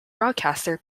broadcaster